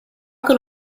can